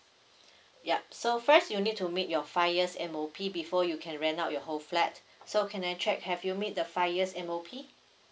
yup so first you need to meet your five years M_O_P before you can rent out your whole flat so can I check have you meet the five years M_O_P